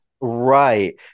Right